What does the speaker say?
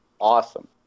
awesome